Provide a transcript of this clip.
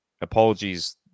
apologies